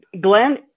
Glenn